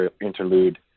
interlude